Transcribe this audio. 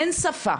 אין שפה,